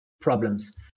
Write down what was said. problems